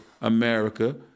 America